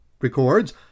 records